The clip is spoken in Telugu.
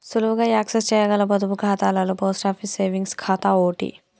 సులువుగా యాక్సెస్ చేయగల పొదుపు ఖాతాలలో పోస్ట్ ఆఫీస్ సేవింగ్స్ ఖాతా ఓటి